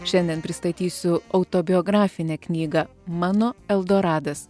šiandien pristatysiu autobiografinę knygą mano eldoradas